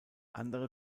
andere